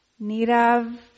nirav